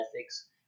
ethics